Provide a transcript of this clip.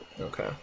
Okay